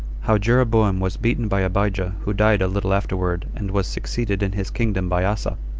how jeroboam was beaten by abijah who died a little afterward and was succeeded in his kingdom by asa.